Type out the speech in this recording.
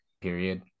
period